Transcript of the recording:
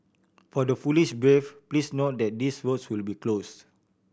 for the foolish brave please note that these roads will be closed